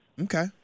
Okay